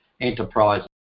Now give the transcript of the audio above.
enterprises